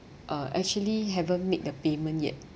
uh actually haven't made the payment yet